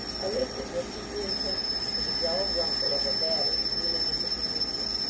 i listen with eager intensity for the dull rumble of a battery wheeling into position.